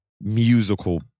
musical